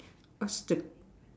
what's the